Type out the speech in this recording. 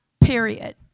Period